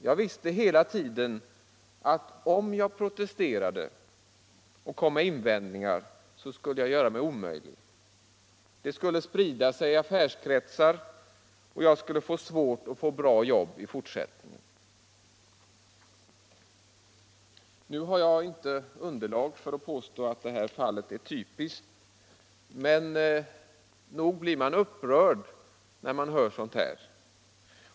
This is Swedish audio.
Jag visste hela tiden att om jag protesterade och kom med invändningar skulle jag göra mig omöjlig. Det skulle sprida sig i affärskretsar, och jag skulle inte få bra jobb i fortsättningen. Nu har jag inte underlag för att påstå att det fallet är typiskt, men nog blir man upprörd när man hör sådant här.